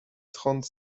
trente